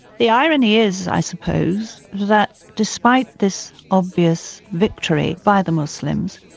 the irony is, i suppose, that despite this obvious victory by the muslims,